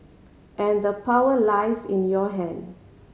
and the power lies in your hand